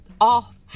off